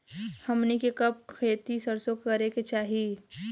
हमनी के कब सरसो क खेती करे के चाही?